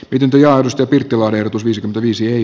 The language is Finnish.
pidempi aidosti pyrkivän erotus viisikymmentäviisi ei